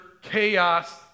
chaos